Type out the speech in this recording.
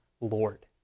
Lord